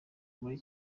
muri